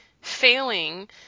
failing